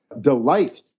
delight